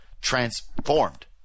transformed